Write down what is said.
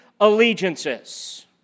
allegiances